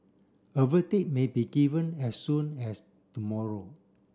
a verdict may be given as soon as tomorrow